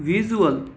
visual